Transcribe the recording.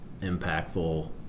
impactful